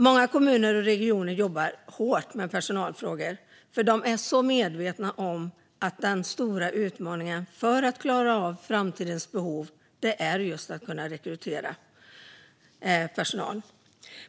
Många kommuner och regioner jobbar hårt med personalfrågorna, för de är medvetna om att den stora utmaningen för att klara av framtidens behov är just att kunna rekrytera personal.